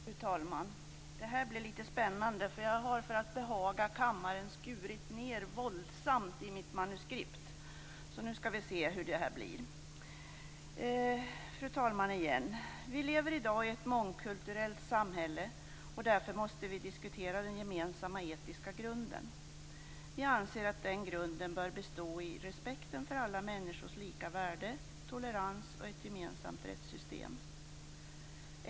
Fru talman! Det här blir spännande. Jag har för att behaga kammaren skurit våldsamt i mitt manuskript. Fru talman! Vi lever i dag i ett mångkulturellt samhälle, och därför måste vi diskutera den gemensamma etiska grunden. Vi anser att denna grund bör bestå i respekten för alla människors lika värde, tolerans och ett gemensamt rättssystem.